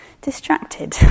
Distracted